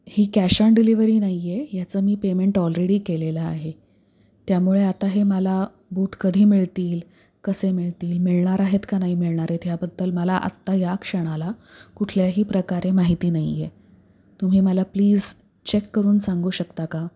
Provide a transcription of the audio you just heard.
he cash on delivery नाही आहे ह्याचं मी पेमेंट ऑलरेडी केलेलं आहे त्यामुळे आता हे मला बूट कधी मिळतील कसे मिळतील मिळणार आहेत का नाही मिळणार आहेत ह्याबद्दल मला आत्ता या क्षणाला कुठल्याही प्रकारे माहिती नाही आहे तुम्ही मला प्लीज चेक करून सांगू शकता का